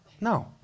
No